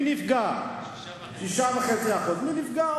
6.5%. 6.5%. מי נפגע?